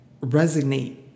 resonate